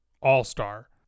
all-star